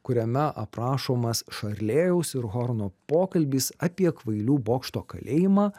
kuriame aprašomas šarlėjaus ir horno pokalbis apie kvailių bokšto kalėjimą